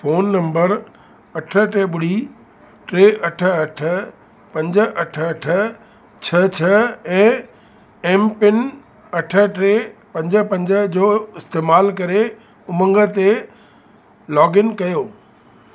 phone number अठ टे ॿुड़ी टे अठ अठ पंज अठ अठ छह छह ऐं एमपिन अठ टे पंज पंज जो इस्तेमालु करे उमंग ते लॉगइन कयो